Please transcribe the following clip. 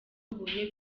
huye